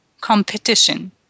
competition